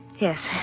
Yes